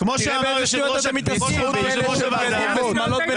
כמו שאמר היושב ראש --- בזכות התריס.